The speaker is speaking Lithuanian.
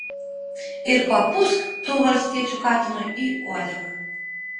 ir papūsk tu valstiečių katinui į uodegą